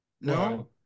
no